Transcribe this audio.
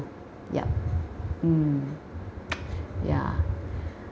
ya mm ya